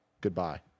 Goodbye